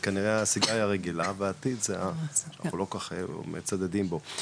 זה כנראה הסיגריה הרגילה והעתיד זה ה- אנחנו לא כל כך מצדדים בו,